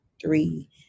three